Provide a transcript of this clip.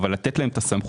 אבל לתת להם את הסמכות,